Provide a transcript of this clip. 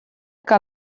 que